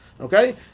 Okay